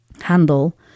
handle